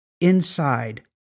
inside